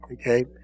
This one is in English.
Okay